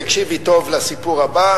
תקשיבי טוב לסיפור הבא,